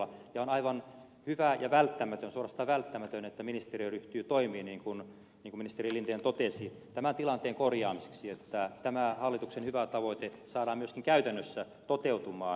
ja on aivan hyvä ja suorastaan välttämätöntä että ministeriö ryhtyy toimiin niin kuin ministeri linden totesi tämän tilanteen korjaamiseksi että tämä hallituksen hyvä tavoite saadaan myöskin käytännössä toteutumaan nopealla aikataululla